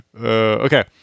Okay